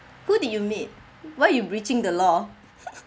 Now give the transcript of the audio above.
who did you meet why you breaching the law